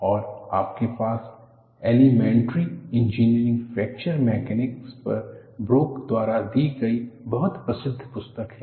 और आपके पास एलीमेंट्री इंजिनियरिंग फ्रैक्चर मैकेनिक्स पर ब्रोक द्वारा दी एक बहुत प्रसिद्ध पुस्तक है